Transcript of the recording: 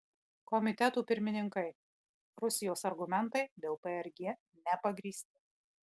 komitetų pirmininkai rusijos argumentai dėl prg nepagrįsti